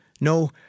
no